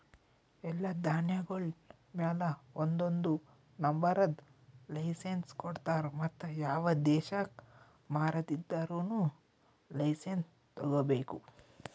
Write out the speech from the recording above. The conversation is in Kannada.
ಎಲ್ಲಾ ಧಾನ್ಯಗೊಳ್ ಮ್ಯಾಲ ಒಂದೊಂದು ನಂಬರದ್ ಲೈಸೆನ್ಸ್ ಕೊಡ್ತಾರ್ ಮತ್ತ ಯಾವ ದೇಶಕ್ ಮಾರಾದಿದ್ದರೂನು ಲೈಸೆನ್ಸ್ ತೋಗೊಬೇಕು